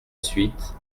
suite